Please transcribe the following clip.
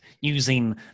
using